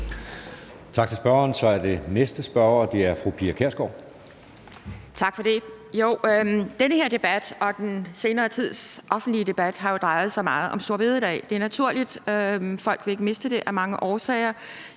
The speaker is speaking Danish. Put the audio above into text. Tak for det.